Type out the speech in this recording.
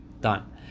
Done